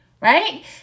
right